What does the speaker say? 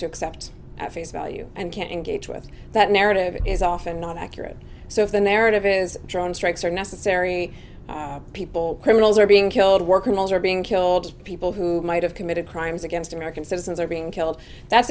to accept at face value and can't engage with that narrative is often not accurate so if the narrative is drone strikes are necessary people criminals are being killed workers are being killed people who might have committed crimes against american citizens are being killed that's